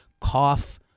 cough